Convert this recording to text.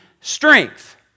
strength